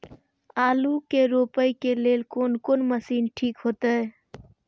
आलू के रोपे के लेल कोन कोन मशीन ठीक होते?